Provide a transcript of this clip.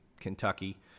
Kentucky